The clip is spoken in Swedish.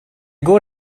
går